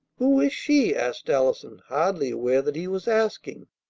who is she? asked allison, hardly aware that he was asking.